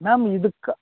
ma'am இதுக்காக